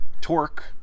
torque